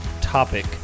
topic